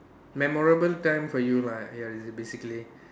memorable time for you lah ya is basically